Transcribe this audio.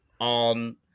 on